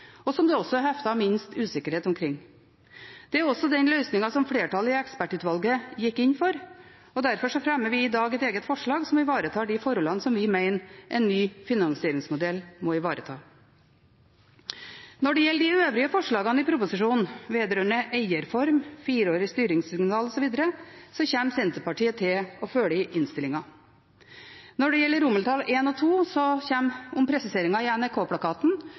og som det også er heftet minst usikkerhet omkring. Det er også den løsningen som flertallet i ekspertutvalget gikk inn for. Derfor fremmer vi i dag et eget forslag som ivaretar de forholdene som vi mener en ny finansieringsmodell må ivareta. Når det gjelder de øvrige forslagene, vedrørende eierform, fireårig styringssignal osv., kommer Senterpartiet til å følge innstillingen. Når det gjelder I og II, om presiseringen i NRK-plakaten, kommer Senterpartiet til å støtte dem. I